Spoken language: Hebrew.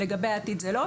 לגבי העתיד זה לא,